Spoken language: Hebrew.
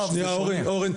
תסבירי גם למה להב --- אורן,